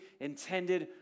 intended